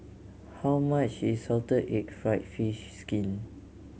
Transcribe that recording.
how much is salted egg fried fish skin